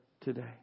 today